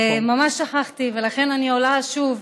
ממש שכחתי, ולכן אני עולה שוב